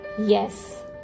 Yes